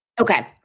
Okay